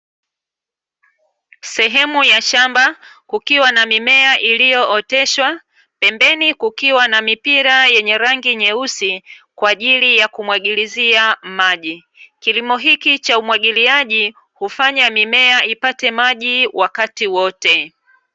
Sehemu ya shamba kukiwa na mimea iliyooteshwa pembeni kukiwa na mipira yenye rangi nyeusi kwa ajili ya kumwagilizia maji, kilimo hichi cha umwagiliaji hufanya mimea ipate maji wakati wote.